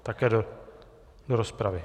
Také do rozpravy.